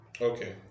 Okay